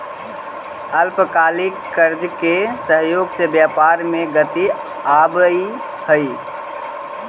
अल्पकालिक कर्जा के सहयोग से व्यापार में गति आवऽ हई